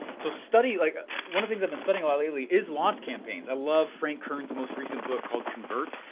so study, like one of the things i've been studying a lot lately is launch campaigns. i love frank kern's most recent book called convert,